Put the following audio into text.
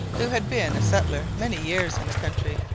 who had been a settler many years in the country.